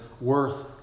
worth